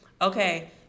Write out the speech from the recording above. Okay